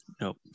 Nope